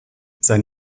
sein